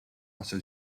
also